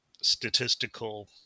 statistical